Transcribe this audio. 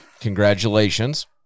Congratulations